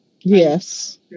Yes